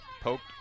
poked